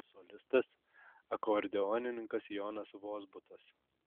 solistas akordeonininkas jonas vozbutas